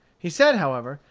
he said, however,